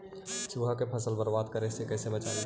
चुहा के फसल बर्बाद करे से कैसे बचाबी?